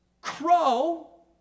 crow